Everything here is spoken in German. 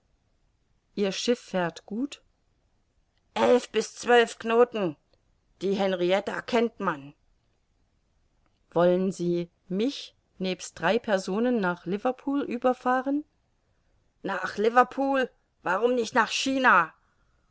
ihr schiff fährt gut elf bis zwölf knoten die henrietta kennt man wollen sie mich nebst drei personen nach liverpool überfahren nach liverpool warum nicht nach china